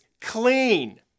Clean